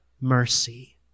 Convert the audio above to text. mercy